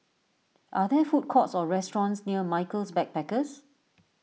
are there food courts or restaurants near Michaels Backpackers